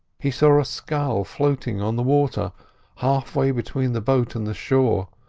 he saw a scull floating on the water half-way between the boat and the shore,